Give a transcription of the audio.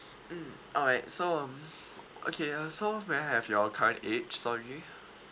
mm alright so okay uh so may I have your current age sorry